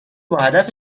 باهدف